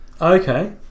Okay